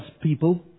people